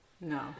No